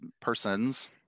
persons